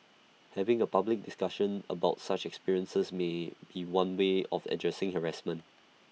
having A public discussion about such experiences may be one way of addressing harassment